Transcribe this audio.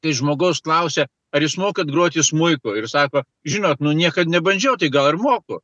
kai žmogaus klausia ar jūs mokat groti smuiku ir sako žinot nu niekad nebandžiau tai gal ir moku